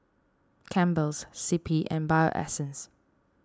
Campbell's C P and Bio Essence